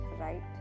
right